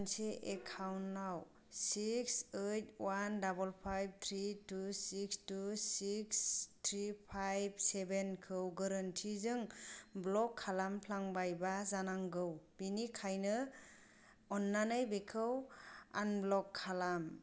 आं मोनसे एकाउन्टआव six eight one double five three two six two six three five seven खौ गोरोन्थिजों ब्ल'क खालामफ्लांबाय जानांगौ बेनिखायनो अन्नानै बेखौ आनब्लक खालाम